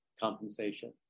compensation